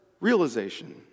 realization